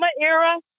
era